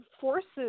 forces